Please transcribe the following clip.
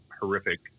horrific